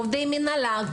עובדי מנהלה,